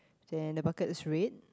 then the bucket is red